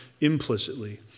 implicitly